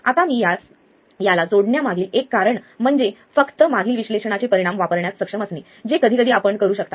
आता मी याला यास जोडण्यामागील एक कारण म्हणजे फक्त मागील विश्लेषणाचे परिणाम वापरण्यात सक्षम असणे जे कधीकधी आपण करू शकता